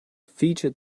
featured